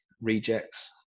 rejects